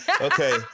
Okay